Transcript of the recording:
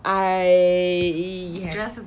i~ hav~